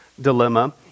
dilemma